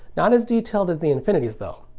not as detailed as the inifitys, though.